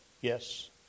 Yes